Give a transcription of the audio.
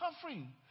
suffering